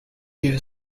you